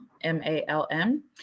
M-A-L-M